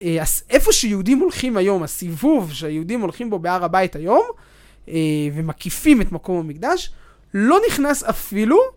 אז איפה שיהודים הולכים היום, הסיבוב שהיהודים הולכים בו בהר הבית היום ומקיפים את מקום המקדש, לא נכנס אפילו